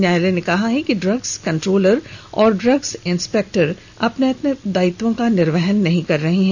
न्यायालय ने कहा है कि इग्स कंट्रोलर और इग्स इंस्पेक्टर अपने दायित्वों का निर्वहन नहीं कर रहे हैं